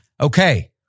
Okay